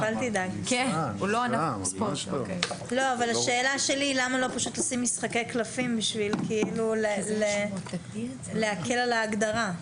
אבל השאלה שלי היא למה לא לשים "משחקי קלפים" כדי להקל על ההגדרה?